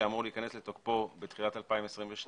שאמור להיכנס לתוקפו בתחילת 2022,